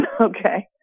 Okay